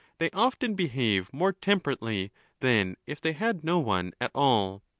they often behave more temperately than if they had no one at all.